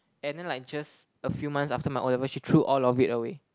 and then like just a few months after my O-levels she threw all of it away